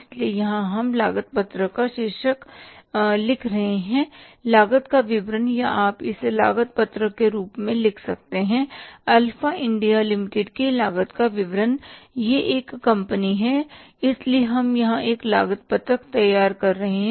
इसलिए यहां हम लागत पत्रक का शीर्षक लिख रहे हैं लागत का विवरण या आप इसे लागत पत्रक के रूप में लिख सकते हैं अल्फा इंडिया लिमिटेड की लागत का विवरण यह एक कंपनी है इसलिए हम यहां एक लागत पत्रक तैयार कर रहे हैं